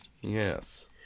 Yes